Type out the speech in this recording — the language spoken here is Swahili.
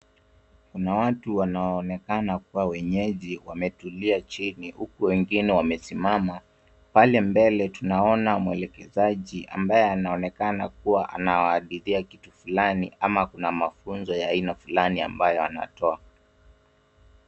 Kuna watu wanaoonekana kua wenyeji wametulia chini, huku wengine wamesimama. Pale mbele tunaona mwelekezaji ambaye anaonekana kua anawahadithia kitu fulani , ama kuna mafunzo ya aina fulani ambayo anatoa.